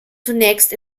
zunächst